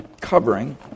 covering